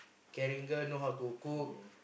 caring girl know how to cook